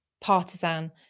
partisan